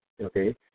okay